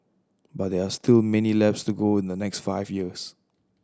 but there are still many laps to go in the next five years